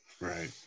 right